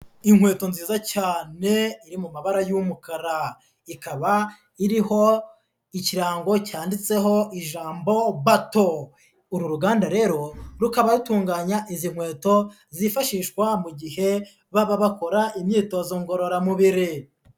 Inkweto nziza cyane iri mu mabara y'umukara, ikaba iriho ikirango cyanditseho ijambo bato, uru ruganda rero rukaba batunganya izi nkweto zifashishwa mu gihe baba bakora imyitozo ngororamubiri.